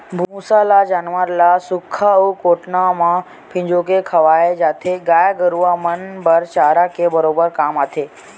भूसा ल जानवर ल सुख्खा अउ कोटना म फिंजो के खवाय जाथे, गाय गरुवा मन बर चारा के बरोबर काम आथे